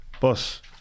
boss